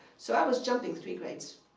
so i was jumping three grades.